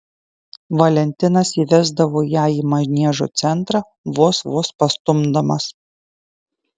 valentinas įvesdavo ją į maniežo centrą vos vos pastumdamas